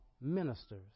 ministers